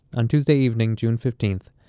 on tuesday evening, june fifteenth,